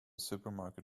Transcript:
supermarket